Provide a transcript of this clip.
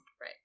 right